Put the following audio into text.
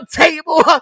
table